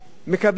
מקבלים על זה,